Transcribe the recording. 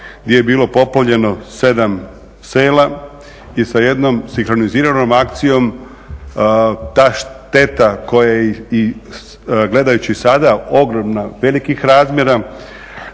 gdje je bilo poplavljeno 7 sela i sa jednom sinkroniziranom akcijom ta šteta koja je i gledajući sada ogromna, velikih razmjera,